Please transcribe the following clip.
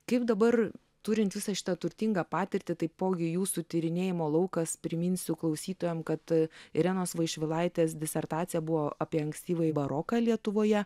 kaip dabar turint visą šitą turtingą patirtį taipogi jūsų tyrinėjimo laukas priminsiu klausytojams kad irenos vaišvilaitės disertacija buvo apie ankstyvąjį baroką lietuvoje